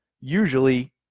usually